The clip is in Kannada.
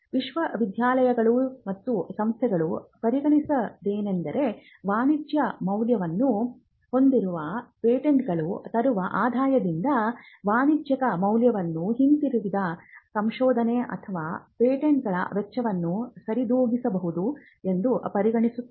ವಿಶ್ವವಿದ್ಯಾಲಯಗಳು ಮತ್ತು ಸಂಸ್ಥೆಗಳು ಪರಿಗಣಿಸುವುದೇನೆಂದರೆ ವಾಣಿಜ್ಯಿಕ ಮೌಲ್ಯವನ್ನು ಹೊಂದಿರುವ ಪೇಟೆಂಟಗಳು ತರುವ ಆದಾಯದಿಂದ ವಾಣಿಜ್ಯಿಕ ಮೌಲ್ಯವನ್ನು ಹೊಂದಿರದ ಸಂಶೋಧನೆ ಅಥವಾ ಪೇಟೆಂಟಗಳ ವೆಚ್ಚವನ್ನು ಸರಿದೂಗಿಸಬಹುದು ಎಂದು ಪರಿಗಣಿಸುತ್ತದೆ